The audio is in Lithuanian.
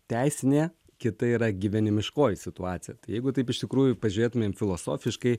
teisinė kita yra gyvenimiškoji situacija jeigu taip iš tikrųjų pažiūrėtumėm filosofiškai